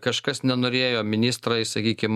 kažkas nenorėjo ministrai sakykime